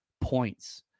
points